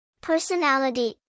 Personality